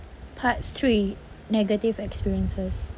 part three negative experiences